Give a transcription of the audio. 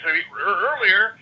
earlier